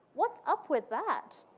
what's up with that?